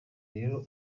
rero